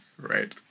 Right